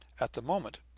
at the moment,